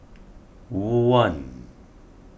one